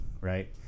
right